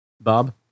Bob